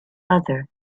other